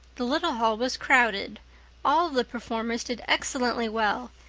the little hall was crowded all the performers did excellently well,